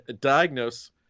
diagnose